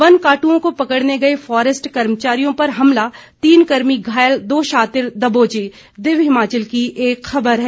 one काट्ओं को पकड़ने गए फॉरेस्ट कर्मचारियों पर हमला तीन कर्मी घायल दो शातिर दबोचे दिव्य हिमाचल की एक खबर है